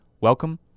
Welcome